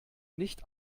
nicht